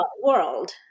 World